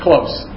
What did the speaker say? Close